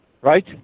right